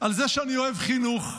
על זה שאני אוהב חינוך,